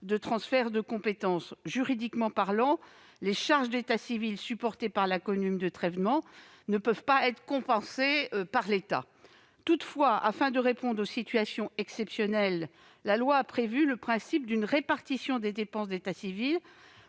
d'accompagnement financier. Juridiquement parlant, les charges d'état civil supportées par la commune de Trévenans ne peuvent pas être compensées par l'État. Toutefois, afin de répondre aux situations exceptionnelles, la loi a prévu le principe d'une répartition des dépenses d'état civil